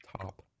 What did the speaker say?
top